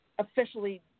officially